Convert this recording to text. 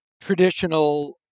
traditional